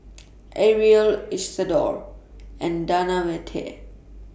Ariel Isadore and Davante